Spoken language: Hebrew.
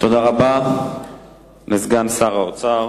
תודה רבה לסגן שר האוצר